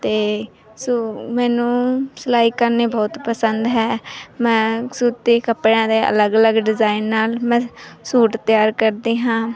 ਅਤੇ ਸੋ ਮੈਨੂੰ ਸਿਲਾਈ ਕਰਨੀ ਬਹੁਤ ਪਸੰਦ ਹੈ ਮੈਂ ਸੂਤੀ ਕੱਪੜਿਆਂ ਦੇ ਅਲੱਗ ਅਲੱਗ ਡਿਜ਼ਾਇਨ ਨਾਲ ਮੈਂ ਸੂਟ ਤਿਆਰ ਕਰਦੀ ਹਾਂ